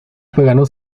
paganos